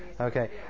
Okay